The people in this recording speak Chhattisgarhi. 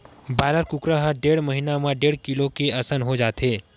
बायलर कुकरा ह डेढ़ महिना म डेढ़ किलो के असन हो जाथे